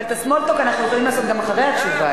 אבל את ה-small talk אנחנו יכולים לעשות גם אחרי התשובה,